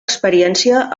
experiència